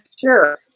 Sure